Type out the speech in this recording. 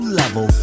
level